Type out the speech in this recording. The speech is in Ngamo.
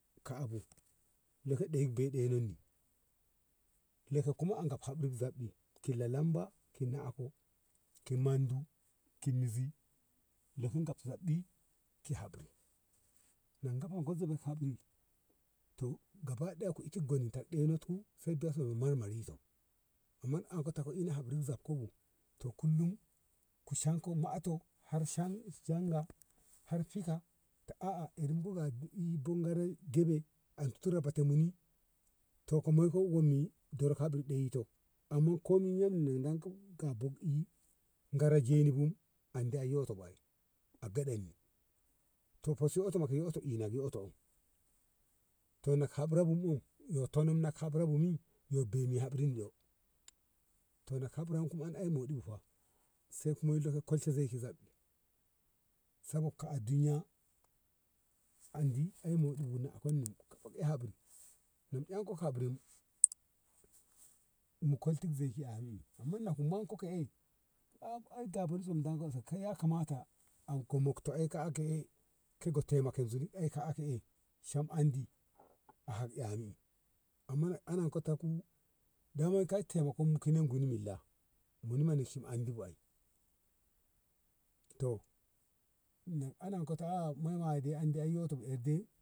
ka`a bu bei ɗe nan ni lokoko habri zab i ki la lamba ki nako ki mondu ki mizi loku gab za i ki habri na gab ko zibi habri to gabadaya ku ichen goninta ɗonot ku sai so marmari so man ta ina hakuri zab ko bu to kullum ku shanko ma`ato har shan shan ga har fika ta aa eri bo ga bu`i bangorai debe ti rebete ne muni ko moi koi moi ni deri kafin ɗoyi to amma komin yomni don ko ka bok i gara jeni andi a yoto bu a geɗen ni to foso yoto mak yoto ina gi yotom to nak hamri bu yo to nom hamra bu mi yo bemi hamrin yo to na hamram ko en oh modi bu fa se kuma kwalshe zei sabag ka duniya andi eh moɗi bu na konni bu eh habri eh am ko habrim mu kwal shi zai arun i tunda mu manko ka eh ab ai da potiskum danko se ya kamata anko mokto eh ka ke`e dei taimake zuni ka ke`e sham andi hab ehmi amma anan ko taku daman ka taimako kinim guni milla muni munagshi andi bu ai to na anan ko ta a moi ma me andi ai yo to bu ye edde.